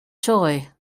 toy